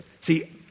See